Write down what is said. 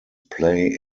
play